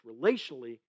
relationally